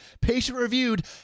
patient-reviewed